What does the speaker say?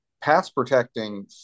pass-protecting